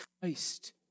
Christ